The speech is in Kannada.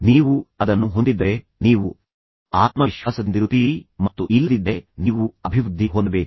ನೀವು ಅದನ್ನು ಹೊಂದಿದ್ದರೆ ನೀವು ಆತ್ಮವಿಶ್ವಾಸದಿಂದಿರುತ್ತೀರಿ ಮತ್ತು ಇಲ್ಲದಿದ್ದರೆ ನೀವು ಅಭಿವೃದ್ಧಿ ಹೊಂದಬೇಕು